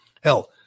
Hell